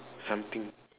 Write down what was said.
something